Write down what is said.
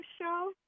Show